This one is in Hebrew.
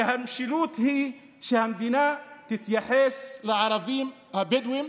המשילות היא שהמדינה תתייחס לערבים הבדואים